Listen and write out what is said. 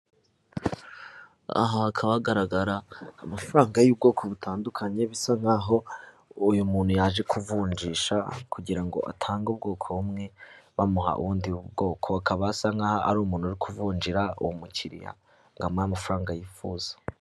Aha hakaba hagaragara amafaranga y'ubwoko butandukanye bisa nkaho uyu muntu yaje kuvunjisha, kugira ngo atange ubwoko bumwe bamuha ubundi bwoko. Akaba asa nkaho ari umuntu uri kuvunjira uwo mukiriya ngo amuhe amafaranga yifuza.